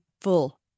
full